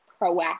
proactive